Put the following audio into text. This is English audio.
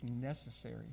necessary